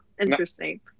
interesting